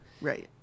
Right